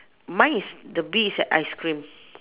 mine is the bee is at ice cream